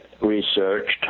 researched